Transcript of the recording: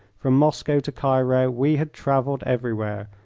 from moscow to cairo we had travelled everywhere,